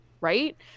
right